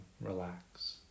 relax